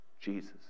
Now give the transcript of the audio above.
Jesus